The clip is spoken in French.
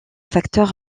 facteur